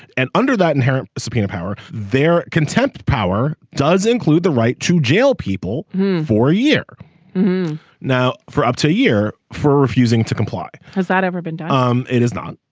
and under that inherent subpoena power their contempt power does include the right to jail people for a year now for up to a year for refusing to comply. has that ever been done. um it is not.